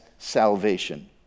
salvation